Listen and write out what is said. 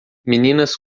meninas